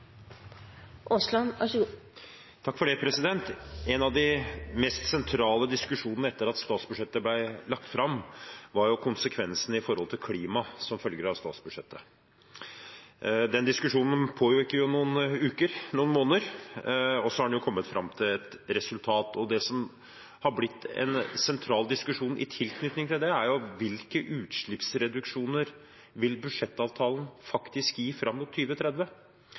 En av de mest sentrale diskusjonene etter at statsbudsjettet ble lagt fram, var konsekvensene for klimaet som følge av statsbudsjettet. Den diskusjonen pågikk noen uker – noen måneder – og så har en kommet fram til et resultat. Det som har blitt en sentral diskusjon i tilknytning til det, er: Hvilke utslippsreduksjoner vil budsjettavtalen faktisk gi fram mot